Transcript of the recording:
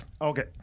Okay